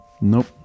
Nope